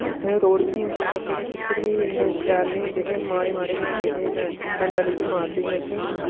उत्थै रोड़ बी निं होंदे हे पक्के ते टीचर बी इन्ने शैल नेई होंदे हे माड़े माड़े गै होंदे हे डंडा लेइयै मारदे हे असें ई